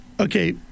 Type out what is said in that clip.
Okay